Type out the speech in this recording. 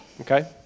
Okay